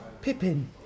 Pippin